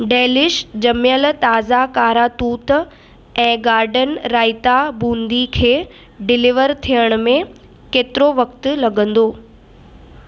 delish जमियलु ताज़ा कारा तूत ऐं गार्डन रायता बूंदी खे डिलीवर थियण में केतिरो वक़्तु लॻंदो